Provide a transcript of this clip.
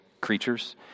creatures